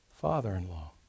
father-in-law